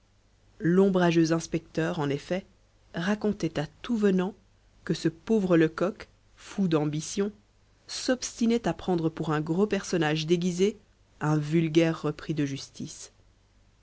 l'ombrageux inspecteur en effet racontait à tout venant que ce pauvre lecoq fou d'ambition s'obstinait à prendre pour un gros personnage déguisé un vulgaire repris de justice